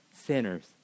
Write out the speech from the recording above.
sinners